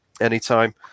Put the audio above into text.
Anytime